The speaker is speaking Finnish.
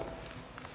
kiitos